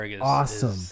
awesome